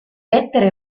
lettere